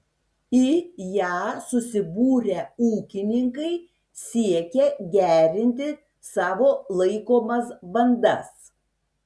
į ją susibūrę ūkininkai siekia gerinti savo laikomas bandas